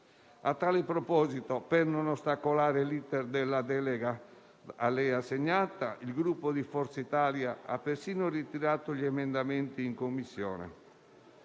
A tale proposito, per non ostacolare l'*iter* della delega a lei assegnata, il Gruppo Forza Italia ha persino ritirato gli emendamenti in Commissione.